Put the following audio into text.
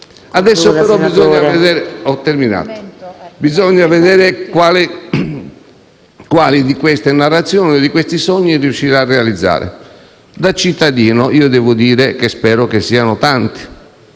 Adesso bisogna vedere quali di queste narrazioni e di questi sogni riuscirà a realizzare. Da cittadino, devo dire che spero che siano tanti,